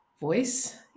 voice